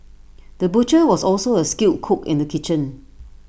the butcher was also A skilled cook in the kitchen